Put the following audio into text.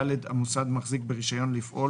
המוסד מחזיק ברישיון לפעול,